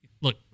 Look